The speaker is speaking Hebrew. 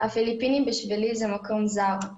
הפיליפינים בשבילי זה מקום זר,